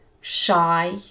shy